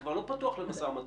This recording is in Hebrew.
כך שזה לא פתוח למשא ומתן.